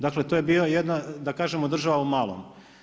Dakle, to je bila jedna da kažemo država u malom.